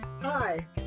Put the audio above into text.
Hi